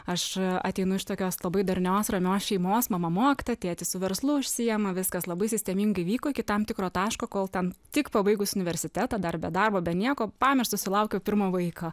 aš ateinu iš tokios labai darnios ramios šeimos mama mokytoja tėtis su verslu užsiima viskas labai sistemingai vyko iki tam tikro taško kol ten tik pabaigus universitetą dar be darbo be nieko pam ir sulaukiu pirmo vaiko